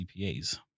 CPAs